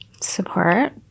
Support